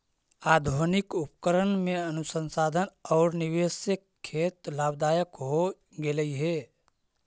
आधुनिक उपकरण में अनुसंधान औउर निवेश से खेत लाभदायक हो गेलई हे